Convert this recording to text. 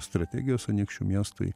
strategijos anykščių miestui